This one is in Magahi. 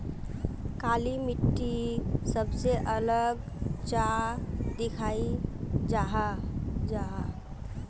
काली मिट्टी सबसे अलग चाँ दिखा जाहा जाहा?